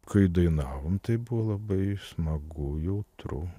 kai dainavom tai buvo labai smagu jautru